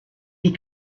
die